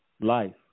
Life